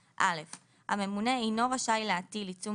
26יבסכומים מופחתים הממונה אינו רשאי להטיל עיצום